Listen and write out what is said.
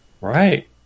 Right